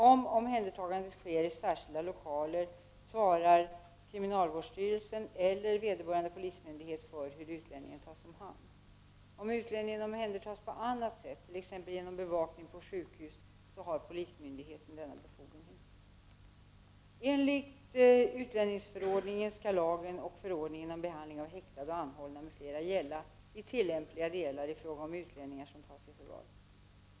Om omhändertagandet sker i särskilda lokaler svarar kriminalvårdsstyrelsen eller vederbörande polismyndighet för hur utlänningen tas om hand. Om utlänningen omhändertas på annat sätt, t.ex. genom bevakning på sjukhus, har polismyndigheten denna befogenhet. Enligt utlänningsförordningen skall lagen och förordningen om behandlingen av häktade och anhållna m.fl. gälla i tillämpliga delar i fråga om utlänningar som tas i förvar.